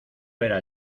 era